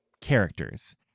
characters